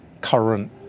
current